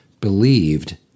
believed